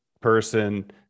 person